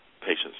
patients